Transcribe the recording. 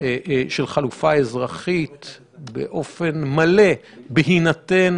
של חלופה אזרחית באופן מלא, בהינתן